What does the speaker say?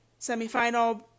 semifinal